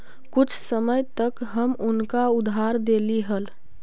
कुछ समय तक हम उनका उधार देली हल